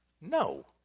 No